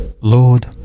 Lord